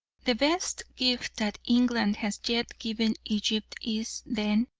the best gift that england has yet given egypt is, then,